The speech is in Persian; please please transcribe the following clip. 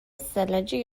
استعلاجی